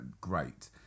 great